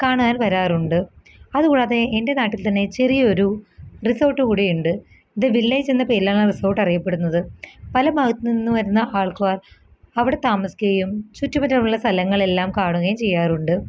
കാണാൻ വരാറുണ്ട് അത് കൂടാതെ എൻ്റെ നാട്ടിൽ തന്നെ ചെറിയൊരു റിസോർട്ട് കൂടിയുണ്ട് ദി വില്ലേജ് എന്ന പേരിലാണ് ആ റിസോർട്ട് അറിയപ്പെടുന്നത് പല ഭാഗത്ത് നിന്നും വരുന്ന ആൾക്കാർ അവിടെ താമസിക്കുകയും ചുറ്റും മറ്റുള്ള സ്ഥലങ്ങൾ എല്ലാം കാണുകയും ചെയ്യാറുണ്ട്